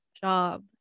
job